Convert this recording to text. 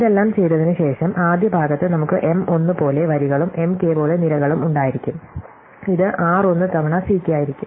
ഇതെല്ലാം ചെയ്തതിന് ശേഷം ആദ്യ ഭാഗത്ത് നമുക്ക് M 1 പോലെ വരികളും M k പോലെ നിരകളും ഉണ്ടായിരിക്കും ഇത് r 1 തവണ C k ആയിരിക്കും